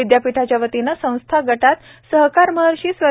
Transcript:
विद्यापीठाच्यावतीने संस्थागटात सहकार महर्षि स्व